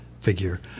figure